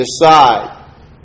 Decide